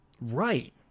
right